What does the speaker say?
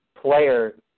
player